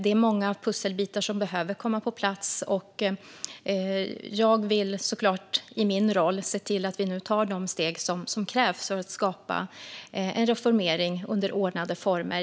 Det är många pusselbitar som behöver komma på plats. Jag vill såklart i min roll se till att vi nu tar de steg som krävs för att skapa en reformering under ordnade former.